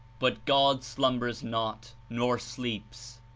but god slum bers not, nor sleeps.